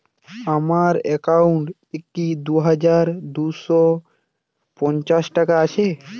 আমার অ্যাকাউন্ট এ কি দুই হাজার দুই শ পঞ্চাশ টাকা আছে?